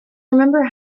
remember